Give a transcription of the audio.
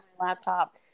laptop